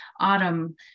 Autumn